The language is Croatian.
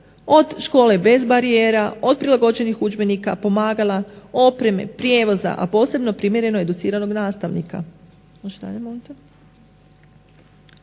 od škole bez barijera, od prilagođenih udžbenika, pomagala, opreme, prijevoza, a posebno primjereno educiranog nastavnika.